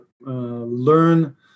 learn